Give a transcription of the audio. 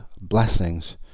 blessings